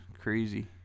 crazy